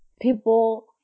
people